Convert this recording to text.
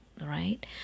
right